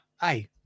hey